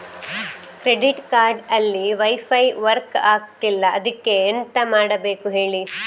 credit card ಅಲ್ಲಿ wifi work ಆಗ್ತಿಲ್ಲ ಅದ್ಕೆ ಎಂತ ಮಾಡಬೇಕು ಹೇಳಿ